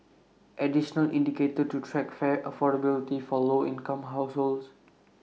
additional indicator to track fare affordability for low income households